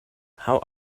how